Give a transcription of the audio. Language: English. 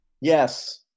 Yes